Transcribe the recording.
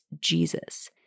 Jesus